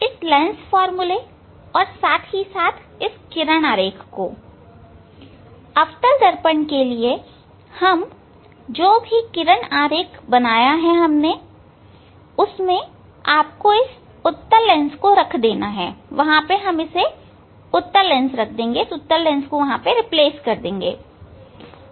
इस लेंस फार्मूले और साथ साथ इस किरण आरेख को अवतल दर्पण के लिए हम जो भी किरण आरेख बनाया हैं उसमें आपको इस उत्तल लेंस को रख देना है